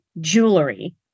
jewelry